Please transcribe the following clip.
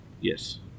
Yes